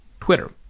Twitter